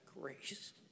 grace